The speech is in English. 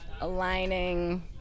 aligning